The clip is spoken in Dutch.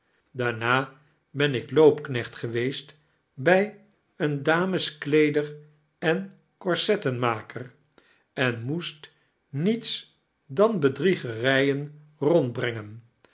daama ben ik loopknecht gewfeest bij een dameskleedeir en coraettenmaker en moest niets dan bedriegerijen